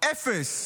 אפס.